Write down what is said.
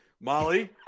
Molly